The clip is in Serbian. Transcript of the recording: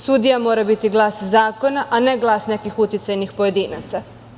Sudija mora biti glas zakona, a ne glas nekih uticajnih pojedinaca.